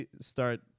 start